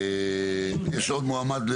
יש עוד מועמד?